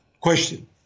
question